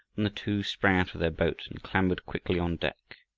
than the two sprang out of their boat and clambered quickly on deck.